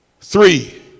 three